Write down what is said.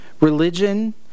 Religion